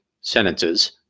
sentences